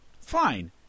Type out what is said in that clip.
fine